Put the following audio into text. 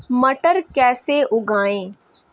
मटर कैसे उगाएं?